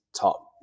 top